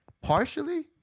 partially